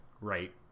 right